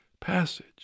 passage